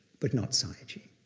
but not sayagyi.